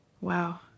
Wow